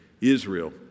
Israel